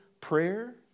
prayer